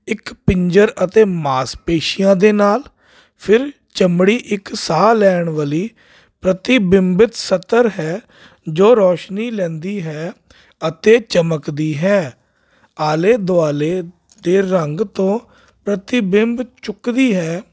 ਇੱਕ ਪਿੰਜਰ ਅਤੇ ਮਾਸਪੇਸ਼ੀਆਂ ਦੇ ਨਾਲ ਫਿਰ ਚਮੜੀ ਇੱਕ ਸਾਹ ਲੈਣ ਵਾਲੀ ਪ੍ਰਤੀਬਿੰਬਿਤ ਸਤਹ ਹੈ ਜੋ ਰੌਸ਼ਨੀ ਲੈਂਦੀ ਹੈ ਅਤੇ ਚਮਕਦੀ ਹੈ ਆਲੇ ਦੁਆਲੇ ਦੇ ਰੰਗ ਤੋਂ ਪ੍ਰਤੀਬਿੰਬ ਚੁੱਕਦੀ ਹੈ